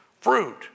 fruit